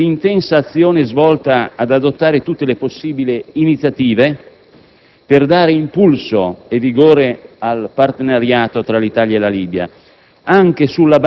a proseguire l'intensa azione svolta e ad adottare tutte le possibili iniziative per dare impulso e vigore al partenariato tra l'Italia e la Libia,